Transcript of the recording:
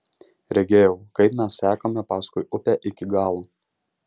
regėjau kaip mes sekame paskui upę iki galo